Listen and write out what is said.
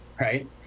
right